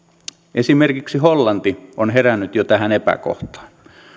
esimerkiksi hollanti on herännyt jo tähän epäkohtaan